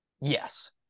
Yes